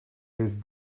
his